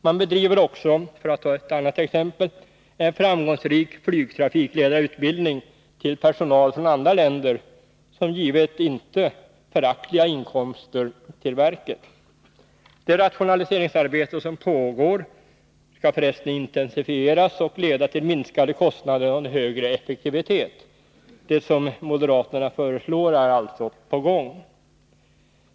Man bedriver också — för att ta ett annat exempel — en framgångsrik flygtrafikledarutbildning för personal från andra länder som givit inte föraktliga inkomster till verket. Det rationaliseringsarbete som pågår skall för resten intensifieras och leda till minskade kostnader och en högre effektivitet. Det som moderaterna föreslår är alltså på gång.